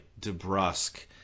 DeBrusque